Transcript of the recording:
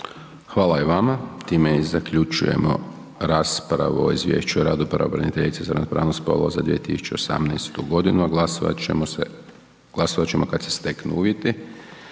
Hvala i vama. Time i zaključujemo raspravu o Izvješću o radu pravobraniteljice za ravnopravnost spolova za 2018. godinu a glasovati ćemo kada se steknu uvjeti.